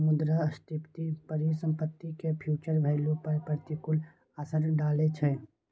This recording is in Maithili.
मुद्रास्फीति परिसंपत्ति के फ्यूचर वैल्यू पर प्रतिकूल असर डालै छै